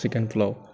chicken pulao